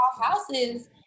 houses